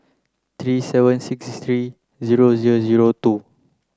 three seven six three zero zero zero two